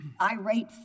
irate